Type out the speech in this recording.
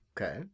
Okay